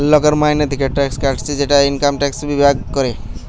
লোকের মাইনে থিকে ট্যাক্স কাটছে সেটা ইনকাম ট্যাক্স বিভাগ করে